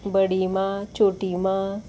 बडी मां छोटी मां